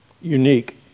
unique